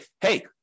hey